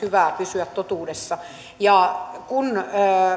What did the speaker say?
hyvä pysyä totuudessa kun